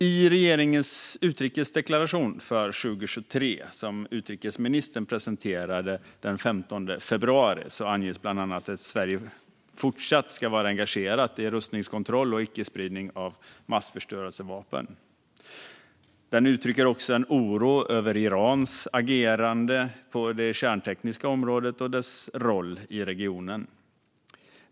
I regeringens utrikesdeklaration för 2023, som utrikesministern presenterade den 15 februari, anges bland annat att Sverige fortsatt ska vara engagerat i rustningskontroll och icke-spridning av massförstörelsevapen. Den uttrycker också en oro över Irans agerande på det kärntekniska området och dess roll i regionen.